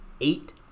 eight